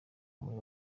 muri